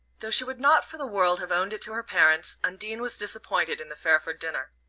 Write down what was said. though she would not for the world have owned it to her parents, undine was disappointed in the fairford dinner.